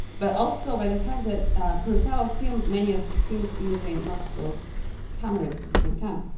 but also by the fact that kurosawa filmed many of the scenes using multiple cameras at the same time.